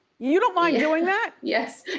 you don't mind doing that? yes,